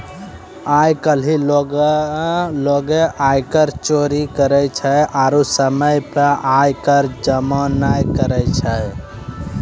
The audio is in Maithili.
आइ काल्हि लोगें आयकर चोरी करै छै आरु समय पे आय कर जमो नै करै छै